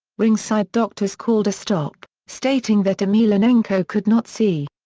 ringside doctors called a stop, stating that emelianenko could not see.